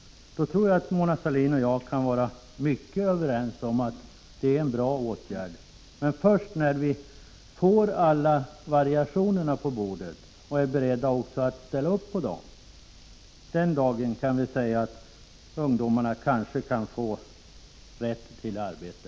Jag tycker att Mona Sahlin och jag borde kunna vara mycket överens om att det är en bra åtgärd. Men först den dag som vi har alla alternativen på bordet och är beredda att ställa upp bakom dem kan vi säga till ungdomarna att alla har rätt till arbete.